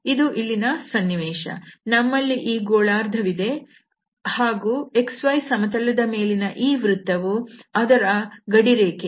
ಇದು ಇಲ್ಲಿನ ಸನ್ನಿವೇಶ ನಮ್ಮಲ್ಲಿ ಈ ಗೋಳಾರ್ಧ ವಿದೆ ಹಾಗೂ xy ಸಮತಲದ ಮೇಲಿನ ಈ ವೃತ್ತವು ಅದರ ಗಡಿರೇಖೆ